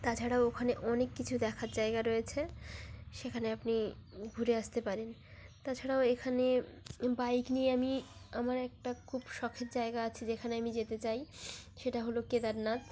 তাছাড়াও ওখানে অনেক কিছু দেখার জায়গা রয়েছে সেখানে আপনি ঘুরে আসতে পারেন তাছাড়াও এখানে বাইক নিয়ে আমি আমার একটা খুব শখের জায়গা আছে যেখানে আমি যেতে চাই সেটা হলো কেদারনাথ